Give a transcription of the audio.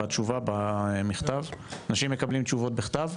בתשובה, במכתב, אנשים מקבלים תשובות בכתב?